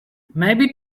maybe